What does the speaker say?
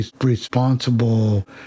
responsible